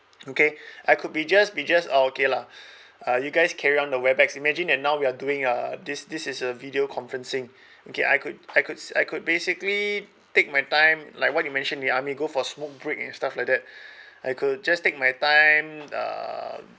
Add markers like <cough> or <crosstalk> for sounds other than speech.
okay I could be just be just oh okay lah uh you guys carry on the webex imagine and now we are doing uh this this is a video conferencing okay I could I could I could basically take my time like what you mentioned I may go for smoke break and stuff like that <breath> I could just take my time uh